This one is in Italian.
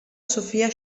sofia